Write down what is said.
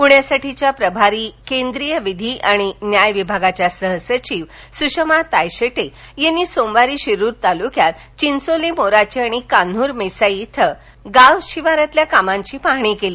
प्ण्यासाठीच्या प्रभारी केंद्रीय विधी आणि न्याय विभागाच्या सहसचिव सुषमा तायशेटे यांनी सोमवारी शिरूर तालुक्यात चिंचोली मोराची आणि कान्हर मेसाई इथ गावशिवारातल्या कामांची पाहाणी केली